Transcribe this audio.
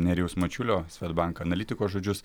nerijaus mačiulio svedbank analitiko žodžius